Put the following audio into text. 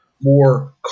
More